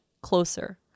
closer